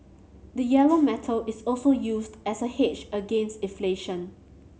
the yellow metal is also used as a hedge against inflation